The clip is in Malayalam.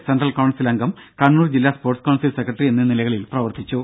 സെൻട്രൽ കൌൺസിൽ അംഗം കണ്ണൂർ ജില്ലാ സ്പോർട്സ് കൌൺസിൽ സെക്രട്ടറി എന്നീ നിലകളിൽ പ്രവർത്തിച്ചു